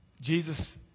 Jesus